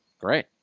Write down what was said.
Great